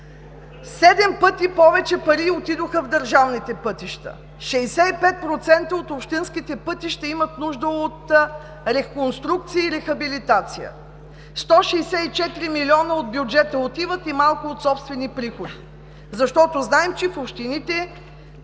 пъти повече пари отидоха в държавните пътища. 65% от общинските пътища имат нужда от реконструкция и рехабилитация. 164 милиона от бюджета отиват и малко от собствени приходи, защото знаем, че населението